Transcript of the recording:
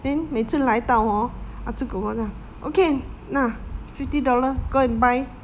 then 每次来到 hor ah zi kor kor 就 okay 那 fifty dollar go and buy